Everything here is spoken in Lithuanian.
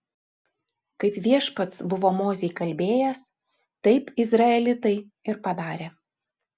kaip viešpats buvo mozei kalbėjęs taip izraelitai ir padarė